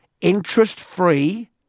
interest-free